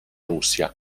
russia